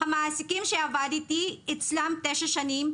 המעסיקים שעבדתי אצלם תשע שנים,